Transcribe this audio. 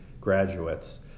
graduates